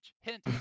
Hint